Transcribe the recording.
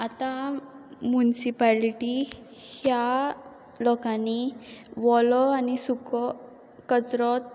आतां म्युनिसिपालिटी ह्या लोकांनी वोलो आनी सुको कचरो